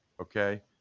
okay